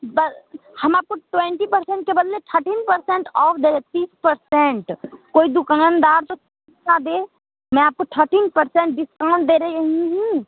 बस हम आपको ट्वेन्टी परसेंट के बदले थर्टीन परसेंट ऑफ दे रहे तीस परसेंट कोई दुकानदार तो इतना दे मैं आपको थर्टीन परसेंट डिस्काउंट दे रही हूँ